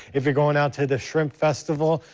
if you're going out to the shrimp festival,